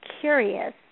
curious